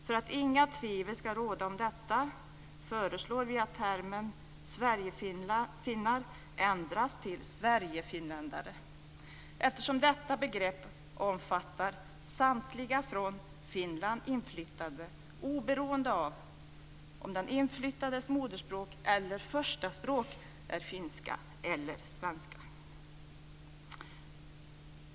För att inga tvivel ska råda om detta föreslår vi att termen sverigefinnar ändras till sverigefinländare, eftersom detta begrepp omfattar samtliga från Finland inflyttade oberoende av om den inflyttades modersmål eller förstaspråk är finska eller svenska.